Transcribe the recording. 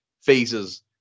phases